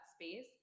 space